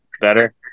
Better